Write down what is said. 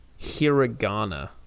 hiragana